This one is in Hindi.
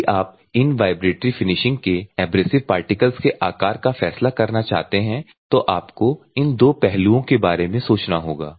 जब भी आप इन वाइब्रेटरी फिनिशिंग के एब्रेसिव पार्टिकल्स के आकार का फैसला करना चाहते हैं तो आपको इन दो पहलुओं के बारे में सोचना होगा